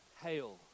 hail